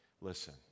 Listen